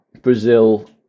Brazil